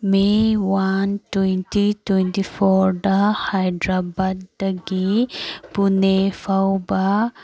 ꯃꯦ one twenty twenty ꯐꯣꯔꯗ ꯍꯥꯏꯗ꯭ꯔꯕꯥꯗꯇꯒꯤ ꯄꯨꯅꯦ ꯐꯥꯎꯕ